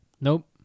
Nope